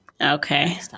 Okay